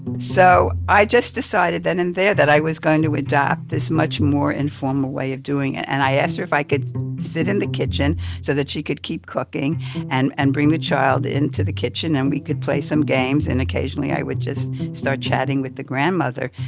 so i just decided then and there that i was going to adopt this much more informal way of doing it. and i asked her if i could sit in the kitchen so that she could keep cooking and and bring the child into the kitchen, and we could play some games. and occasionally i would just start chatting with the grandmother.